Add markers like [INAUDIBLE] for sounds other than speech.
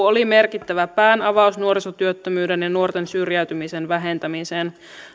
[UNINTELLIGIBLE] oli merkittävä päänavaus nuorisotyöttömyyden ja nuorten syrjäytymisen vähentämiseen